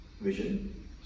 vision